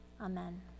Amen